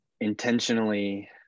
intentionally